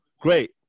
Great